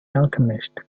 alchemist